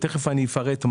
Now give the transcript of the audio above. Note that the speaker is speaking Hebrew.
ותכף אני אפרט.